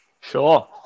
sure